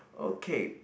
okay